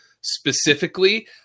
specifically